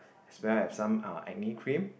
as well as some ah acne cream